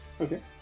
Okay